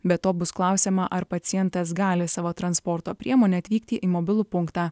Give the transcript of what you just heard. be to bus klausiama ar pacientas gali savo transporto priemone atvykti į mobilų punktą